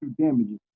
damages